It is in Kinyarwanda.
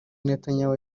netanyahu